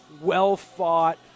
well-fought